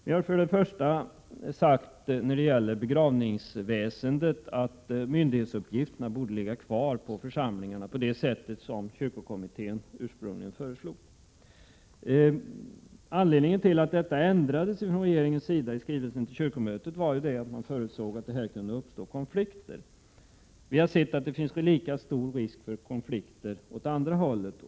Först och främst har vi när det gäller begravningsväsendet sagt att myndighetsuppgifterna borde ligga kvar på församlingarna, enligt kyrkokommitténs ursprungliga förslag. Anledningen till ändringen från regeringens sida i skrivelsen till kyrkomötet var ju att man förutsåg att konflikter kunde uppstå i detta sammanhang. Men vi har märkt att det finns lika stor risk för konflikter åt andra hållet.